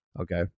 okay